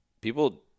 people